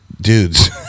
Dudes